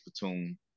platoon